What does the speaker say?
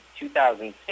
2006